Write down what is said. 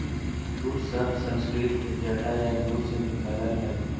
jute शब्द संस्कृत के जटा या जूट से निकलल हइ